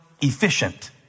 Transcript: efficient